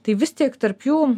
tai vis tik tarp jų